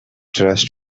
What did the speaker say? trust